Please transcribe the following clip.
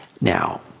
Now